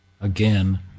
Again